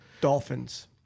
dolphins